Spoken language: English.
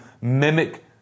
mimic